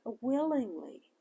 willingly